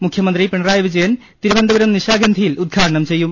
മുഖ്യമന്ത്രി പിണറായി വിജയൻ തിരുവനന്തപുരം നിശാഗ ന്ധിയിൽ ഉദ്ഘാടനം ചെയ്യും